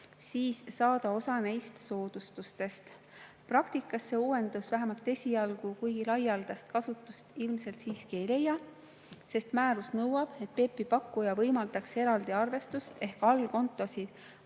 siis saab ta osa neist soodustustest. Praktikas see uuendus vähemalt esialgu kuigi laialdast kasutust ilmselt ei leia, sest määrus nõuab, et PEPP-i pakkuja võimaldaks eraldi arvestust ehk allkontosid